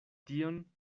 tion